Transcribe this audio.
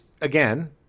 again